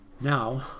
Now